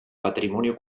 patrimonio